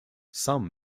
some